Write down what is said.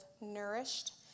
nourished